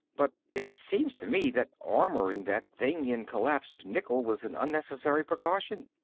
but it seems to me that armoring that thing in collapsed nickel was an unnecessary precaution.